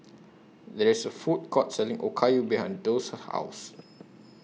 There IS A Food Court Selling Okayu behind Doss' House